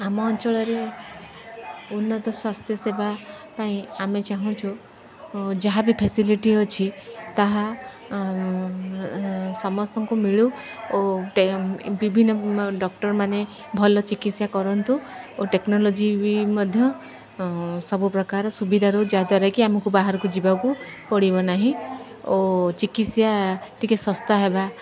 ଆମ ଅଞ୍ଚଳରେ ଉନ୍ନତ ସ୍ୱାସ୍ଥ୍ୟ ସେବା ପାଇଁ ଆମେ ଚାହୁଁଛୁ ଯାହା ବିି ଫାସିଲିଟି ଅଛି ତାହା ସମସ୍ତଙ୍କୁ ମିଳୁ ଓ ବିଭିନ୍ନ ଡକ୍ଟର୍ ମାନେ ଭଲ ଚିକିତ୍ସା କରନ୍ତୁ ଓ ଟେକ୍ନୋଲୋଜିବି ମଧ୍ୟ ସବୁ ପ୍ର୍ରକାର ସୁବିଧା ରହୁ ଯାହାଦ୍ୱାରା କିି ଆମକୁ ବାହାରକୁ ଯିବାକୁ ପଡ଼ିବ ନାହିଁ ଓ ଚିକିତ୍ସା ଟିକେ ଶସ୍ତା ହେବା